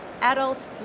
Adult